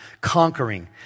conquering